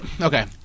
Okay